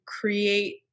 create